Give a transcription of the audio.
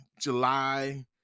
july